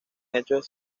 hechos